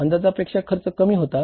अंदाजा पेक्षा खर्च कमी होता